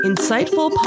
Insightful